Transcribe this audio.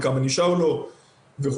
כמה נשאר לו וכולי.